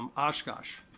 um oshkosh,